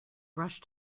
rushed